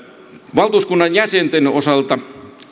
valtuuskunnan jäsenten osalta